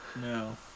No